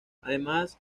además